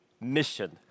mission